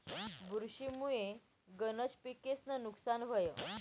बुरशी मुये गनज पिकेस्नं नुकसान व्हस